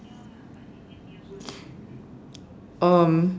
um